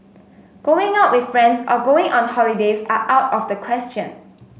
going out with friends or going on holidays are out of the question